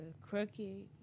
crooked